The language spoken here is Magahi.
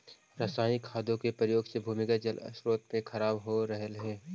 रसायनिक खादों के प्रयोग से भूमिगत जल स्रोत खराब हो रहलइ हे